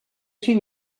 seen